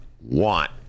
want